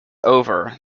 over